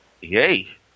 yay